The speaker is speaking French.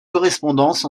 correspondance